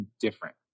different